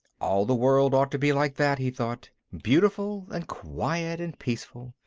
all the world ought to be like that, he thought beautiful and quiet and peaceful.